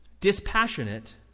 dispassionate